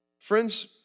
Friends